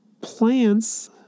plants